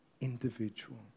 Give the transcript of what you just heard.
individual